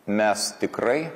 mes tikrai